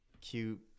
cute